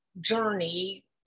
journey